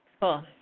Cool